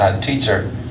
teacher